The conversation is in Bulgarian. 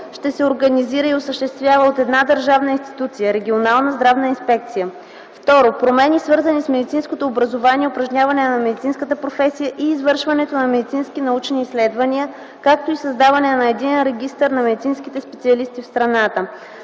ще се организира и осъществява от една държавна институция – Регионална здравна инспекция. Второ, промени, свързани с медицинското образование, упражняване на медицинската професия и извършването на медицински научни изследвания, както и създаване на единен регистър на медицинските специалисти в страната.